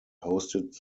hosted